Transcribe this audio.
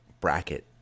bracket